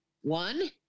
One